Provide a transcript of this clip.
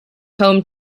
home